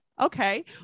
Okay